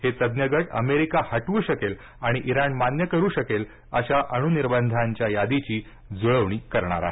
हे तज्ञ गट अमेरिका हटवू शकेल आणि इराण मान्य करेल अशा अणू निर्बंधांच्या यादीची जुळवणी करणार आहे